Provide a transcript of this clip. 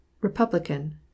Republican